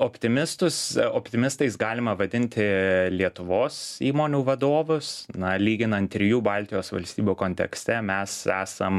optimistus optimistais galima vadinti lietuvos įmonių vadovus na lyginant trijų baltijos valstybių kontekste mes esam